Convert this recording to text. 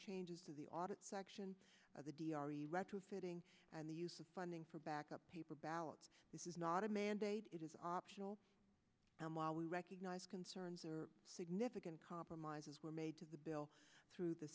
changes to the audit section of the d r v retrofitting and the use of funding for backup paper ballots this is not a mandate it is optional and while we recognize concerns are significant compromises were made to the bill through the